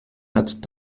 hat